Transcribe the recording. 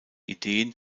ideen